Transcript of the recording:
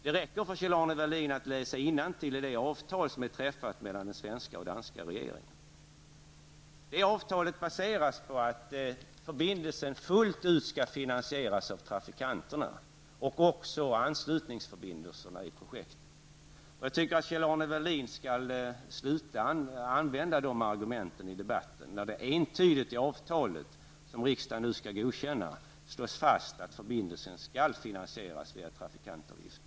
Det räcker för Kjell Arne Welin att läsa innantill i det avtal som är träffat mellan de svenska och danska regeringarna. Det avtalet baseras på att förbindelsen fullt ut skall finansieras av trafikanterna, och det gäller även anslutningsförbindelserna i projektet. Jag tycker att Kjell-Arne Welin skall sluta att använda de argumenten i debatten när det entydigt i avtalet -- som riksdagen nu skall godkänna -- slås fast att förbindelsen skall finansieras med hjälp av avgifter från trafikanterna.